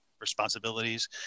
responsibilities